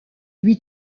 lui